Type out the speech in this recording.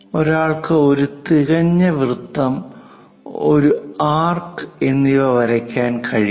ഒരാൾക്ക് ഒരു തികഞ്ഞ വൃത്തം ഒരു ആർക്ക് എന്നിവ വരയ്ക്കാൻ കഴിയും